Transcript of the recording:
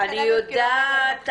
אני יודעת.